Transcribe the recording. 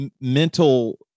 mental